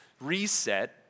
Reset